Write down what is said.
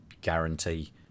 guarantee